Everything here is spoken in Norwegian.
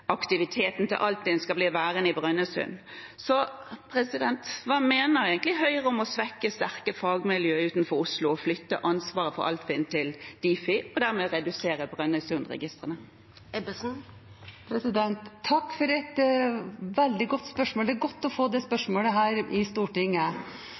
å flytte Altinn og legge det under Difi. Det har ikke skapt ro, men han sier at Altinns hovedaktivitet skal bli værende i Brønnøysund. Hva mener egentlig Høyre om å svekke sterke fagmiljø utenfor Oslo og flytte ansvaret for Altinn til Difi og dermed redusere Brønnøysundregistrene? Takk for et veldig godt spørsmål. Det er godt å få